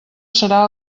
serà